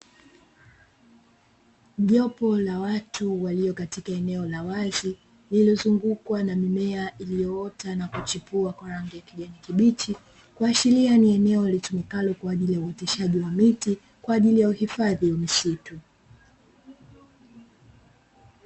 Jopo la watu walio katika eneo la wazi lililozungukwa na mimea iliyoota na kuchipua kwa rangi ya kijani kibichi, kuashiria ni eneo litumikalo kwaajili ya uoteshaji wa miti kwaajili ya uhifadhi wa misitu.